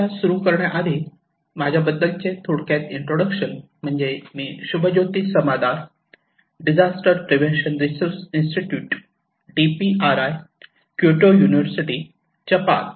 चर्चा सुरू करण्याआधी माझ्याबद्दलचे थोडक्यात इंट्रोडक्शन म्हणजे मी Shubhajyoti Samadar disaster prevention research institute Kyoto university Japan